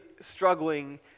struggling